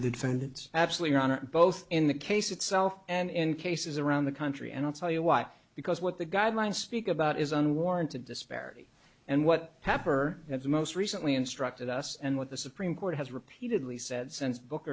on both in the case itself and in cases around the country and i'll tell you why because what the guidelines speak about is unwarranted disparity and what papper of the most recently instructed us and what the supreme court has repeatedly said since book